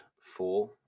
four